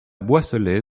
boisselée